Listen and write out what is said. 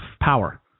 power